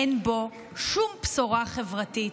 אין בו שום בשורה חברתית,